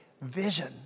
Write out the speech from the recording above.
vision